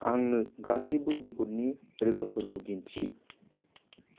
आंनो गासैबो बेगरनि रोखोमफोरखौ दिन्थि